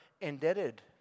indebted